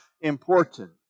important